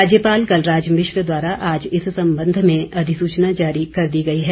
राज्यपाल कलराज मिश्र द्वारा आज इस संबंध में अधिसूचना जारी कर दी गई है